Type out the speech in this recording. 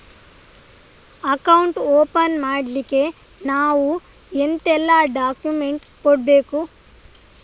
Account open ಮಾಡ್ಲಿಕ್ಕೆ ನಾವು ಎಂತೆಲ್ಲ ಡಾಕ್ಯುಮೆಂಟ್ಸ್ ಕೊಡ್ಬೇಕು?